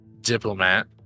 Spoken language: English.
diplomat